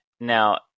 Now